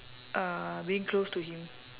uh being close to him